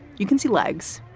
you can see legs,